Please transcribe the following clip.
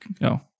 no